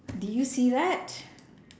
did you see that